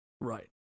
Right